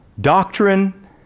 doctrine